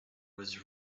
was